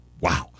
Wow